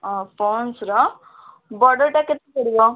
ଓ ପନ୍ସର ବଡ଼ଟା କେତେ ପଡ଼ିବ